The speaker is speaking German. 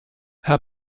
herr